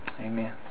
Amen